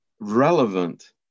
relevant